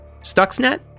Stuxnet